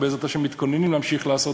בעזרת השם, מתכוננים להמשיך לעשות,